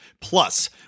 Plus